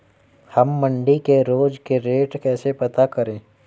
हम मंडी के रोज के रेट कैसे पता करें?